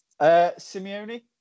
Simeone